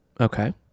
Okay